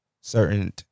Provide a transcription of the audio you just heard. certain